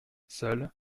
seuls